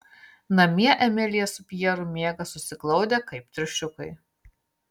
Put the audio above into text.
namie emilija su pjeru miega susiglaudę kaip triušiukai